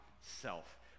self